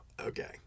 okay